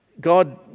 God